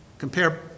Compare